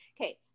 Okay